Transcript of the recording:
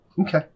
Okay